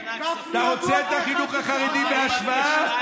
אתה רוצה את החינוך החרדי בהשוואה?